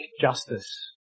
justice